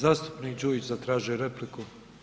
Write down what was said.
Zastupnik Đujić zatražio je repliku.